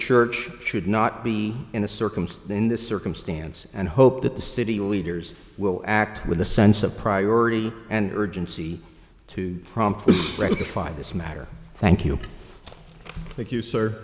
church should not be in a circumstance and this circumstance and hope that the city leaders will act with a sense of priority and urgency to promptly rectify this matter thank you thank you sir